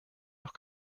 noch